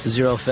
Zero